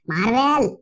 Marvel